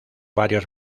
varios